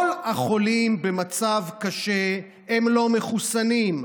כל החולים שבמצב קשה הם לא מחוסנים.